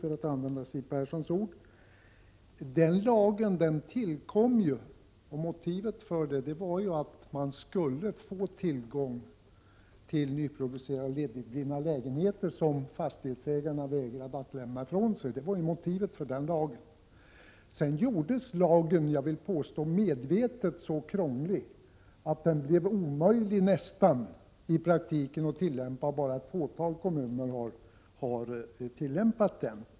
Motivet för den lagens tillkomst var att man skulle få tillgång till nyproducerade och ledigblivna lägenheter som fastighetsägarna vägrade att lämna ifrån sig. Det var motivet för lagen. Sedan gjordes lagen, jag vill påstå medvetet, så krånglig att den blev nästan omöjlig att tillämpa i praktiken. Bara ett fåtal kommuner har tillämpat den.